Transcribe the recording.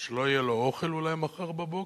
שלא יהיה לו אוכל אולי מחר בבוקר?